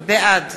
בעד